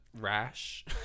rash